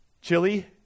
chili